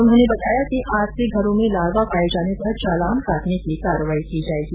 उन्होंने बताया कि आज से घरों में लार्वा पाए जाने पर चालान काटने की कार्यवाही की जाएगी